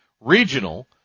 Regional